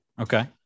Okay